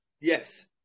Yes